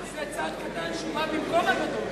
אבל זה צעד קטן שבא במקום הגדול.